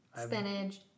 spinach